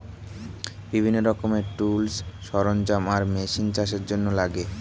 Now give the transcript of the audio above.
বিভিন্ন রকমের টুলস, সরঞ্জাম আর মেশিন চাষের জন্যে লাগে